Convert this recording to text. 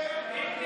ההצעה להעביר